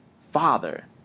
father